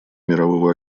мирового